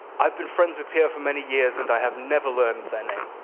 i have been friends with pio for many years and i have never learned their name.